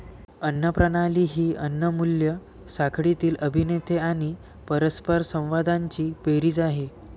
अन्न प्रणाली ही अन्न मूल्य साखळीतील अभिनेते आणि परस्परसंवादांची बेरीज आहे